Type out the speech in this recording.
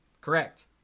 correct